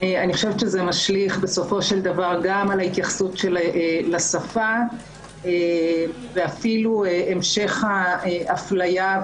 זה משליך בסופו של דבר גם על ההתייחסות לשפה והמשך היחס